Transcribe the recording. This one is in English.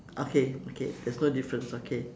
okay okay there's no difference okay